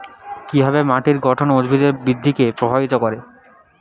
কিভাবে মাটির গঠন উদ্ভিদের বৃদ্ধিকে প্রভাবিত করে?